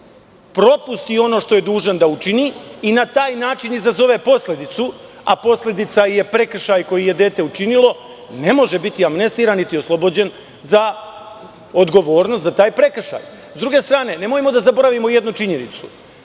propust i ono što je dužan da učini i na taj način izazove posledicu, a posledica je prekršaj koje je dete učinilo, ne može biti amnestiran, niti oslobođen za odgovornost za taj prekršaj.S druge strane, nemojmo da zaboravimo jednu činjenicu.